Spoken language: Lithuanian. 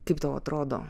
kaip tau atrodo